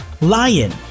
Lion